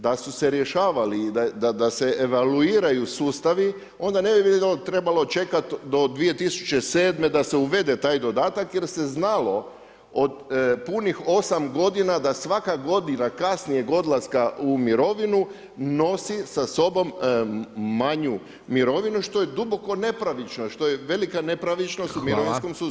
Da su se rješavali i da se evaluiraju sustavi, onda ne bi trebalo čekati do 2007. da se uvede taj dodatak jer se znalo od punih osam godina da svaka godina kasnijeg odlaska u mirovinu nosi sa sobom manju mirovinu, što je duboko nepravično, što je velika nepravičnost u mirovinskom sustavu.